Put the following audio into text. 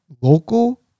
local